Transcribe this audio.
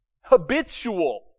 habitual